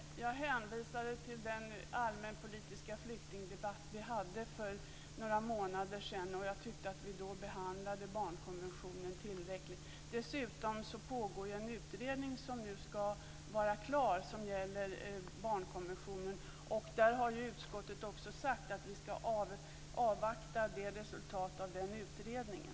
Herr talman! Jag hänvisade till den allmänpolitiska flyktingdebatt vi hade för några månader sedan. Jag tyckte att vi behandlade barnkonventionen tillräckligt då. Dessutom pågår en utredning - som nu skall vara klar - som gäller barnkonventionen. Utskottet har sagt att vi skall avvakta resultatet av utredningen.